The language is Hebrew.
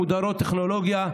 אוכלוסיות מודרות טכנולוגיה,